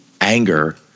anger